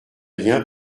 rien